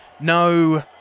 no